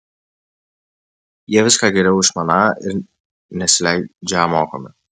jie viską geriau išmaną ir nesileidžią mokomi